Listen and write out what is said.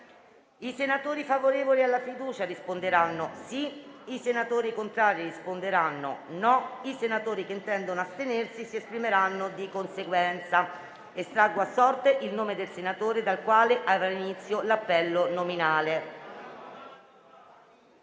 I senatori favorevoli alla fiducia risponderanno sì; i senatori contrari risponderanno no; i senatori che intendono astenersi si esprimeranno di conseguenza. Estraggo ora a sorte il nome del senatore dal quale avrà inizio l'appello nominale.